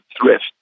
thrift